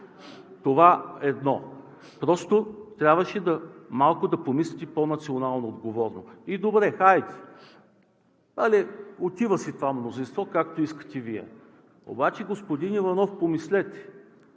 Това е едно. Просто трябваше малко да помислите по-националноотговорно. И добре, хайде, отива си това мнозинство, както искате Вие, обаче, господин Иванов, помислете